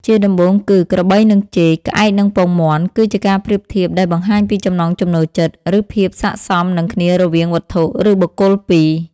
ជាដំបូងគឺ ក្របីនឹងចេក ក្អែកនឹងពងមាន់ គឺជាការប្រៀបធៀបដែលបង្ហាញពីចំណង់ចំណូលចិត្ត ឬភាពសក្ដិសមនឹងគ្នារវាងវត្ថុ ឬបុគ្គលពីរ។